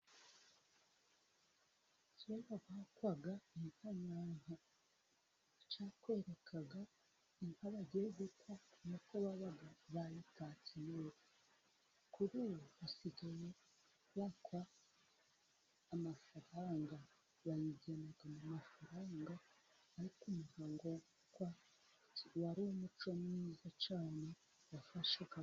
Kera bakwaga inka nya nka, icyakwerekaga inka bagiye gukwa n'uko babaga bayitatse neza, kuri ubu basigaye bakwa amafaranga, bayigena mu mafaranga, ariko umuhango wo gukwa wari umuco mwiza cyane wafashaga .